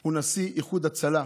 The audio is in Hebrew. הוא נשיא איחוד הצלה.